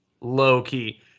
low-key